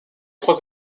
trois